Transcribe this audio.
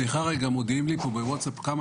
קודם